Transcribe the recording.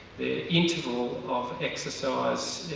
the interval of exercise,